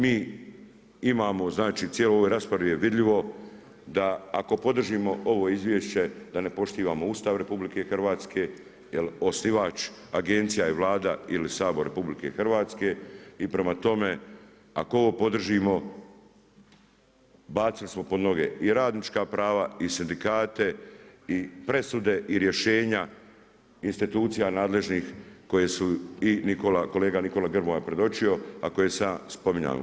Mi imamo znači u cijeloj ovoj raspravi je vidljivo da ako podržimo ovo izvješće da ne poštivamo Ustav RH jel osnivač agencije je Vlada ili Sabor RH i prema tome ako ovo podržimo bacili smo pod noge i radnička prava i sindikate i presude i rješenja institucija nadležnih koje su i kolega Nikola Grmoja predočio, a koje sam ja spominjao.